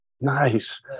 Nice